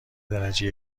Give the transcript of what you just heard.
درجه